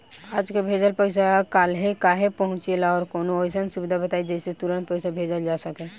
आज के भेजल पैसा कालहे काहे पहुचेला और कौनों अइसन सुविधा बताई जेसे तुरंते पैसा भेजल जा सके?